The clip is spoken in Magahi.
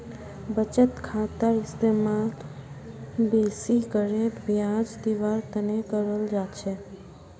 बचत खातार इस्तेमाल बेसि करे ब्याज दीवार तने कराल जा छे